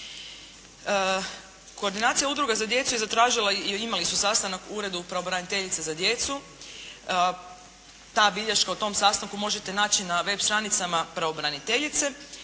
Koordinacija udruga za djecu je zatražila i imali su sastanak u Uredu pravobraniteljice za djecu. Te bilješke o tom sastanku možete naći na web stranicama pravobraniteljice.